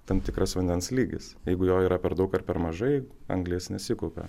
tam tikras vandens lygis jeigu jo yra per daug ar per mažai anglies nesikaupia